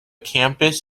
campus